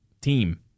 team